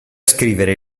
scrivere